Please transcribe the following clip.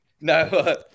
No